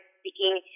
speaking